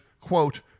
quote